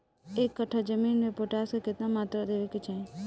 एक कट्ठा जमीन में पोटास के केतना मात्रा देवे के चाही?